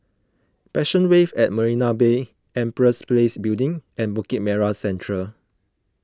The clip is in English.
Passion Wave at Marina Bay Empress Place Building and Bukit Merah Central